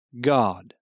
God